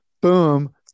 boom